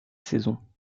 saisons